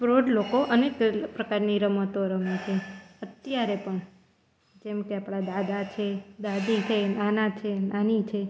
પ્રૌઢ લોકો અનેક પ્રકારની રમતો રમે છે અત્યારે પણ જેમ કે આપણા દાદા છે દાદી છે નાના છે નાની છે